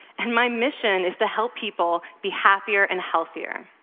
and my mission is to help people be happier and healthier.